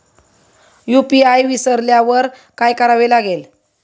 UPI विसरल्यावर काय करावे लागेल?